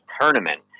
tournament